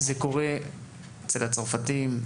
זה קורה אצל הצרפתים,